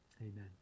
Amen